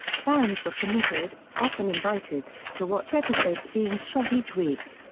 fans were permitted, often invited, to watch episodes being shot each week.